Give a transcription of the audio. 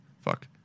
fuck